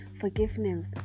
forgiveness